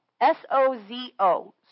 S-O-Z-O